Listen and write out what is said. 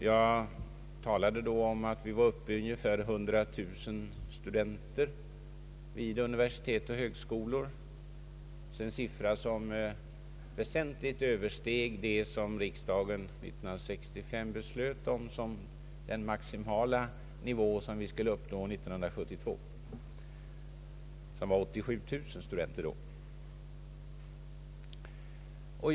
Jag erinrade då om att det fanns ungefär 100 000 studenter vid våra universitet och högskolor, en siffra som väsentligt översteg det maximala antal av 37 000 studenter som riksdagen år 1965 beslöt skulle uppnås år 1972.